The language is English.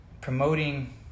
promoting